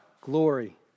glory